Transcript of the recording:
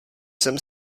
jsem